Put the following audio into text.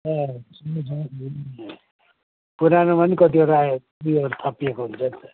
पुरानोमा नि कतिवटा कीहरू थपिएको हुन्छ नि त